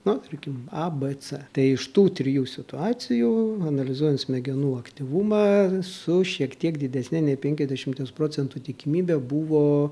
na tarkim a b c tai iš tų trijų situacijų analizuojant smegenų aktyvumą su šiek tiek didesne nei penkiasdešimies procentų tikimybe buvo